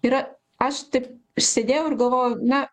ir aš taip sėdėjau ir galvojau na